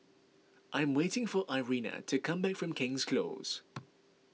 I'm waiting for Irena to come back from King's Close